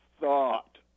thought